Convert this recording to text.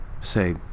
Say